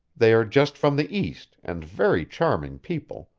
they are just from the east, and very charming people,